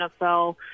NFL